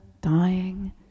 dying